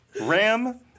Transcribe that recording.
ram